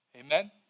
Amen